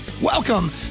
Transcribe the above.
Welcome